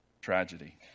tragedy